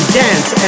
dance